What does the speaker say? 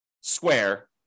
square